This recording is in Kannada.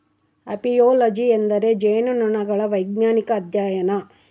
ಅಪಿಯೊಲೊಜಿ ಎಂದರೆ ಜೇನುನೊಣಗಳ ವೈಜ್ಞಾನಿಕ ಅಧ್ಯಯನ